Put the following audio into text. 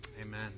Amen